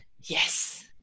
Yes